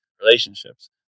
relationships